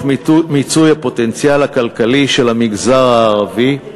מיצוי הפוטנציאל הכלכלי של המגזר הערבי.